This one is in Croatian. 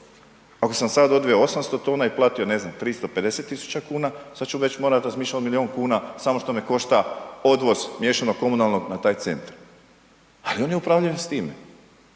Ako sam sad odveo 800 tona i platio, ne znam, 350 000 kuna, sad ću već morat razmišljat o milijun kuna samo što me košta odvoz miješanog komunalnog na taj centar ali oni upravljaju s time